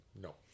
No